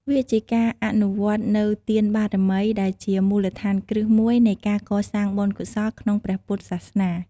វាជាការអនុវត្តនូវទានបារមី ដែលជាមូលដ្ឋានគ្រឹះមួយនៃការកសាងបុណ្យកុសលក្នុងព្រះពុទ្ធសាសនា។